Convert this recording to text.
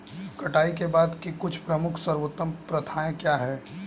कटाई के बाद की कुछ प्रमुख सर्वोत्तम प्रथाएं क्या हैं?